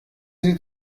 sie